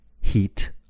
Heat